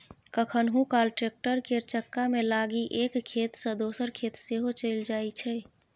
कखनहुँ काल टैक्टर केर चक्कामे लागि एक खेत सँ दोसर खेत सेहो चलि जाइ छै